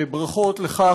ברכות לך,